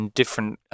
different